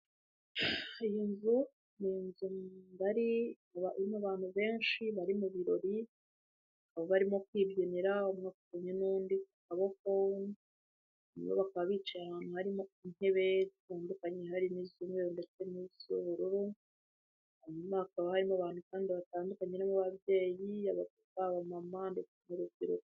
Hari inzu, ni inzu irimo abantu benshi bari mu birori, barimo kwibyinira, umwe afatanye n'undi ku kaboko, bamwe bakaba bicaye ahantu harimo intebe zitandukanye, hari izisa umweru ndetse n'izisa ubururu, hakaba harimo abantu kandi batandukanye, harimo ababyeyi, abamama ndetse n'urubyiruko.